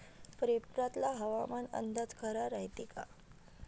पेपरातला हवामान अंदाज खरा रायते का?